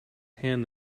hand